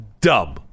dumb